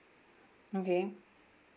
okay